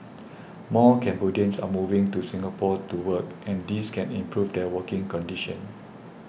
more Cambodians are moving to Singapore to work and this can improve their working conditions